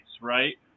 Right